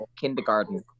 Kindergarten